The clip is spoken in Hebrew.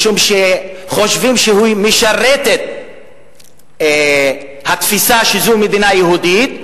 משום שחושבים שהיא משרתת התפיסה שזו מדינה יהודית.